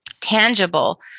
tangible